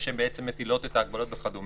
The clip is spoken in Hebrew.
הן אלה שבעצם מטילות את ההגבלות וכדו'